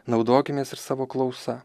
naudokimės ir savo klausa